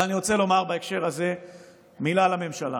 אבל אני רוצה לומר בהקשר הזה מילה לממשלה.